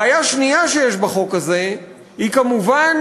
בעיה שנייה שיש בחוק הזה היא כמובן